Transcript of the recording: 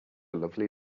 lovely